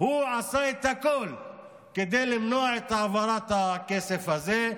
הוא עשה הכול כדי למנוע את העברת הכסף הזה.